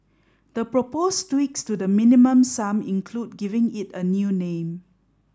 the proposed tweaks to the Minimum Sum include giving it a new name